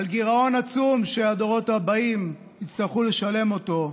ועל גירעון עצום שהדורות הבאים יצטרכו לשלם אותו,